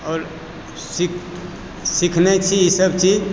आओर सिख सिखने छी ई सब चीज